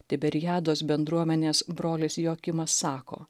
tiberiados bendruomenės brolis joakimas sako